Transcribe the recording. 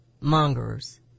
mongers